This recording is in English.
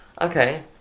Okay